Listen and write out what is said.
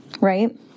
right